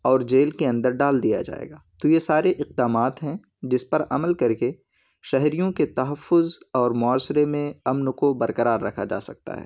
اور جیل کے اندر ڈال دیا جائے گا تو یہ سارے اقدامات ہیں جس پر عمل کر کے شہریوں کے تحفظ اور معاشرے میں امن کو برکرار رکھا جا سکتا ہے